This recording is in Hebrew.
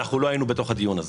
לא היינו בתוך הדיון הזה.